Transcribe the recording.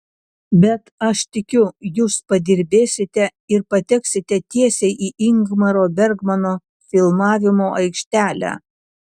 bet aš tikiu jūs padirbėsite ir pateksite tiesiai į ingmaro bergmano filmavimo aikštelę